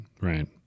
Right